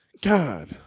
God